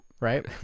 Right